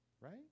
right